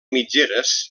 mitgeres